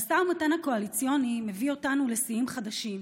המשא ומתן הקואליציוני מביא אותנו לשיאים חדשים,